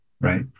right